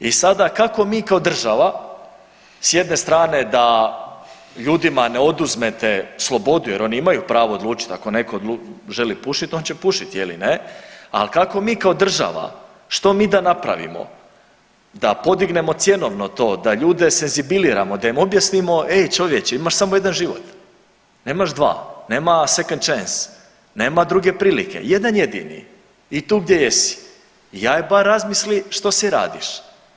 I sada kako mi kao država s jedne strane da ljudima ne oduzmete slobodu jer oni imaju pravo odlučiti, ako neko želi pušiti on će pušiti je li ne, ali kako mi kao država što mi da napravimo, da podignemo cjenovno to, da ljude senzibiliziramo, da im objasnimo, ej čovječe imaš samo jedan život, nemaš dva nema second chance, nema druge prilike, jedan jedini i tu gdje jesi i ajde bar razmisli što si radiš.